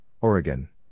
Oregon